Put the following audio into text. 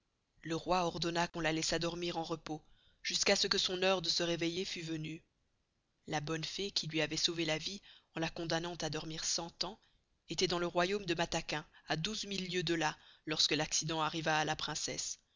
le roi ordonna qu'on la laissast dormir en repos jusqu'à ce que son heure de se réveiller fust venue la bonne fée qui luy avoit sauvé la vie en la condamnant à dormir cent ans estoit dans le royaume de mataquin à douze mille lieuës de là lorsque l'accident arriva à la princesse